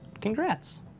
Congrats